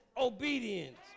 obedience